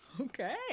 Okay